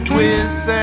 Twist